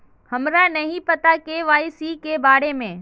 हमरा नहीं पता के.वाई.सी के बारे में?